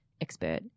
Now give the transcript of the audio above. expert